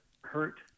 hurt